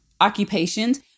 occupations